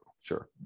sure